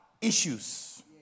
issues